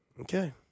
Okay